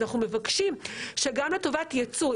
אנחנו מבקשים שגם לטובת יצוא,